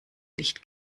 licht